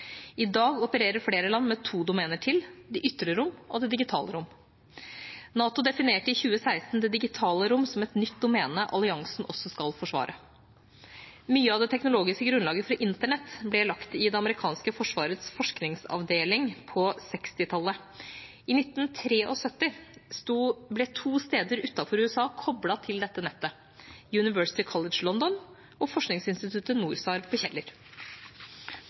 I dag opererer flere land med to domener til: det ytre rom og det digitale rom. NATO definerte i 2016 det digitale rom som et nytt domene alliansen også skal forsvare. Mye av det teknologiske grunnlaget for internett ble lagt i det amerikanske forsvarets forskningsavdeling på 1960-tallet. I 1973 ble to steder utenfor USA koblet til dette nettet: University College London og forskningsinstituttet NORSAR på Kjeller,